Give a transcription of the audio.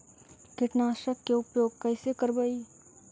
कीटनाशक के उपयोग कैसे करबइ?